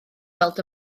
weld